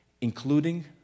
Including